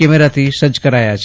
કેમેરાથી સજજ કરાયા છે